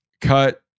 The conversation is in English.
cut